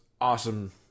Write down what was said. awesome